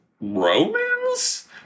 Romans